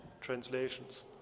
translations